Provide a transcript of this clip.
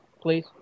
please